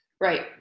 right